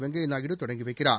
வெங்கைய நாயுடு தொடங்கி வைக்கிறார்